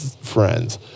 Friends